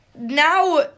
Now